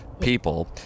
people